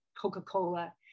Coca-Cola